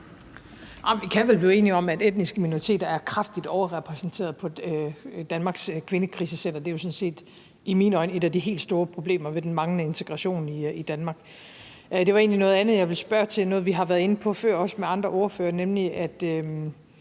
Vi kan vel blive enige om, at etniske minoriteter er kraftigt overrepræsenteret på Danmarks kvindekrisecentre. Det er sådan set i mine øjne et af de helt store problemer ved den manglende integration i Danmark. Det var egentlig noget andet, jeg ville spørge til – noget, vi har været inde på før, også med andre partiledere, og som